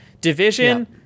Division